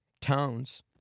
tones